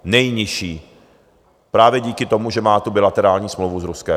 Nejnižší, právě díky tomu, že má bilaterální smlouvu s Ruskem.